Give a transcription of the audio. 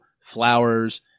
flowers